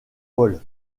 paul